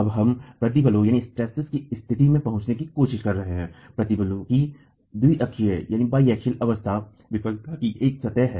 अब हम प्रतिबलों की स्थिति में पहुंचने की कोशिश कर रहे हैं प्रतिबल की द्विअक्षीय अवस्था विफलता की एक सतह है